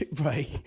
right